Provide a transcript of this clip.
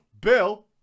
Bill